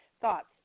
thoughts